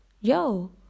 Yo